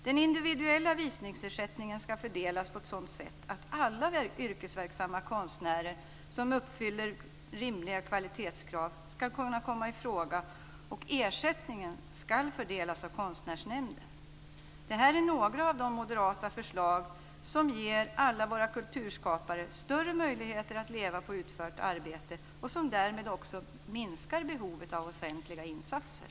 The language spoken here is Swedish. Den individuella visningsersättningen ska fördelas på ett sådant sätt att alla yrkesverksamma konstnärer som uppfyller rimliga kvalitetskrav ska kunna komma i fråga, och ersättningen ska fördelas av Konstnärsnämnden. Detta är några av de moderata förslag som ger alla våra kulturskapare större möjligheter att leva på utfört arbete och som därmed också minskar behovet av offentliga insatser.